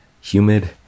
humid